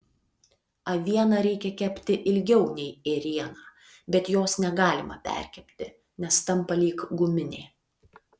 avieną reikia kepti ilgiau nei ėrieną bet jos negalima perkepti nes tampa lyg guminė